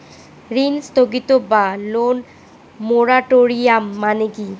ঋণ স্থগিত বা লোন মোরাটোরিয়াম মানে কি?